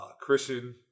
Christian